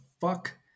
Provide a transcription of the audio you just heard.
fuck